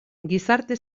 gizarte